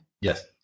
Yes